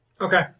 Okay